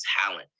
talent